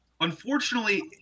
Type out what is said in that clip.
unfortunately